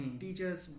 teacher's